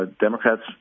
Democrats